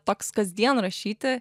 toks kasdien rašyti